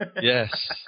Yes